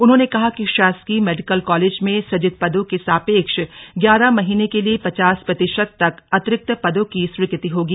उन्होंने कहा कि शासकीय मेडिकल कॉलेज में सुजित पदों के सापेक्ष ग्यारह महीने को लिए पचास प्रतिशत तक अतिरिक्त पदों की स्वीकृति होगी